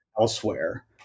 elsewhere